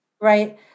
Right